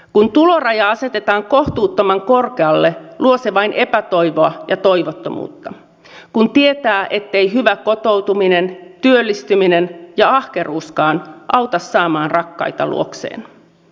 kun tuloraja asetetaan kohtuuttoman korkealle luo se vain epätoivoa ja toivottomuutta kun tietää ettei hyvä kotoutuminen työllistyminen ja ahkeruuskaan auta saamaan rakkaita luokseen